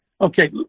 Okay